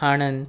Anand